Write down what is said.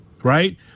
Right